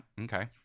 Okay